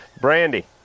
Brandy